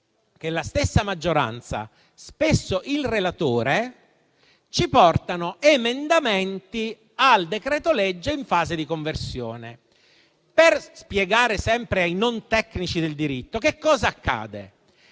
La stessa maggioranza, spesso il relatore, ci portano emendamenti al decreto-legge in fase di conversione. Per spiegare sempre ai non tecnici del diritto, accade